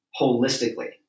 holistically